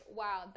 wow